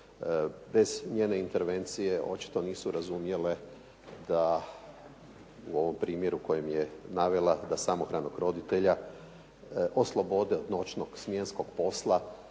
bez njene intervencije očito nisu razumjele da u ovom primjeru kojem je navela da samohranog roditelja oslobode od noćnog, smjenskog posla